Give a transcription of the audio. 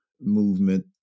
movement